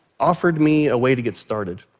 offered me a way to get started.